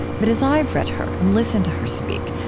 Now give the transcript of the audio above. but as i've read her and listened to her speak,